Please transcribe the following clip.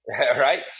Right